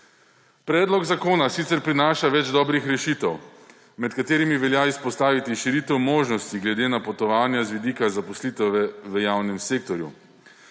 Predlog zakona sicer prinaša več dobrih rešitev, med katerimi velja izpostaviti širitev možnosti glede napotovanja z vidika zaposlitve v javnem sektorju.